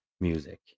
music